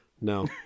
No